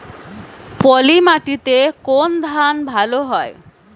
পলিমাটিতে কোন ধান ভালো হয়?